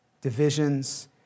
divisions